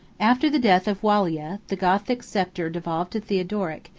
after the death of wallia, the gothic sceptre devolved to theodoric,